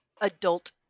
adult